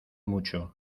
mucho